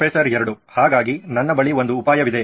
professor 2 ಹಾಗಾಗಿ ನನ್ನ ಬಳಿ ಒಂದು ಉಪಾಯವಿದೆ